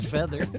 Feather